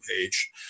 page